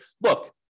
look